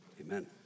amen